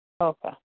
Okay